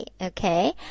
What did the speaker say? okay